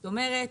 זאת אומרת,